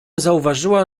zauważyła